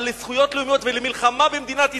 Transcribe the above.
אבל לזכויות לאומיות ולמלחמה במדינת ישראל,